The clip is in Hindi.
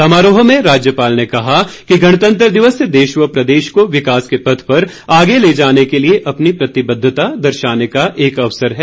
समारोह में राज्यपाल ने कहा कि गणतंत्र दिवस देश व प्रदेश को विकास के पथ पर आगे ले जाने के लिए अपनी प्रतिबद्धता दर्शाने का एक अवसर पर है